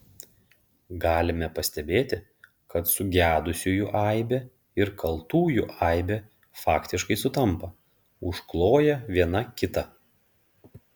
galime pastebėti kad sugedusiųjų aibė ir kaltųjų aibė faktiškai sutampa užkloja viena kitą